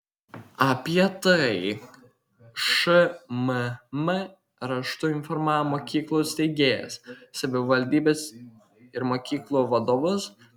apie tai šmm raštu informavo mokyklų steigėjas savivaldybes ir mokyklų vadovus